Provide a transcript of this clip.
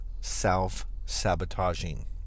self-sabotaging